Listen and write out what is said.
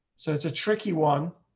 so it's a tricky one.